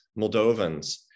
Moldovans